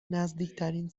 نزدیکترین